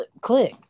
click